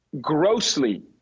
grossly